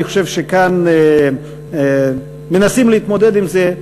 אני חושב שכאן מנסים להתמודד עם זה.